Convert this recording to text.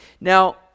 Now